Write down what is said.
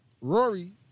Rory